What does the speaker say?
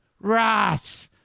ross